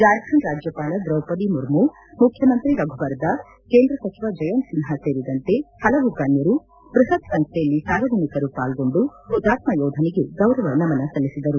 ಜಾರ್ಖಂಡ್ ರಾಜ್ಯಪಾಲ ದ್ರೌಪದಿ ಮುರ್ಮು ಮುಖ್ಕಮಂತ್ರಿ ರಘುಬರ್ ದಾಸ್ ಕೇಂದ್ರ ಸಚಿವ ಜಯಂತ್ ಸಿನ್ಹಾ ಸೇರಿದಂತೆ ಪಲವು ಗಣ್ಕರು ಬೃಪತ್ ಸಂಚ್ಕೆಯಲ್ಲಿ ಸಾರ್ವಜನಿಕರು ಪಾಲ್ಗೊಂಡು ಹುತಾತ್ಮ ಯೋಧನಿಗೆ ಗೌರವ ನಮನ ಸಲ್ಲಿಸಿದರು